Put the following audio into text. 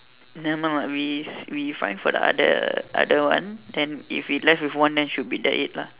nevermind we s~ we find for the other other one then if we left with one then should be that it lah